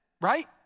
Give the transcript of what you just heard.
right